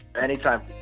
Anytime